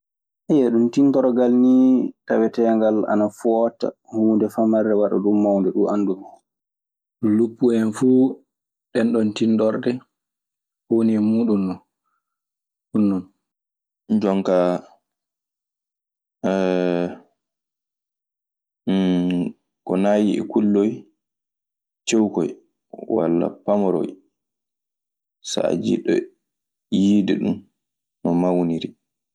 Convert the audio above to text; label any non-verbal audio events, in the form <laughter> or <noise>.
<hesitation> ɗum tintorogal nii taweteengal ana foota huunde famarde waɗa ɗum mawnde. Luppu en fuu ɗenɗon tintorɗe woni e muuɗun non. Ɗun non. Jonkaa <hesitation> ko naayi o kulloy cewkoy walla pamaroy saa jiɗɗo yiide ɗun no mawniri.